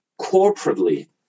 corporately